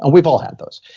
ah we've all had those.